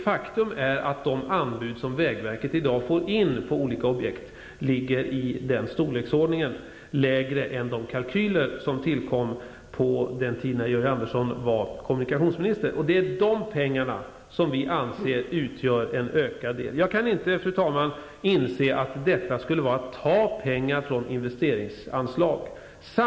Faktum är att de anbud som vägverket i dag får in på olika objekt ligger i den storleksordningen. De är så mycket lägre än de kalkyler som tillkom på den tid när Georg Andersson var kommunikationsminister. Vi anser att dessa pengar utgör en ökad del. Fru talman! Jag kan inte inse att detta skulle vara att ta pengar från investeringsanslag.